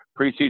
preseason